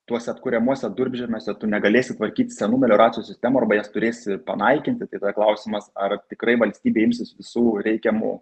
tuose atkuriamuose durpžemiuose tu negalėsi tvarkyt senų melioracijos sistemų arba jas turėsi panaikinti tai tada klausimas ar tikrai valstybė imsis visų reikiamų